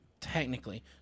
technically